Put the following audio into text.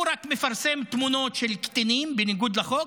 הוא רק מפרסם תמונות של קטינים בניגוד לחוק,